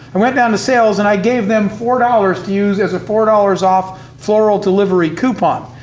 i went down to sales and i gave them four dollars to use as a four dollars off floral delivery coupon.